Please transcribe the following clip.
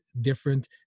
different